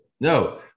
No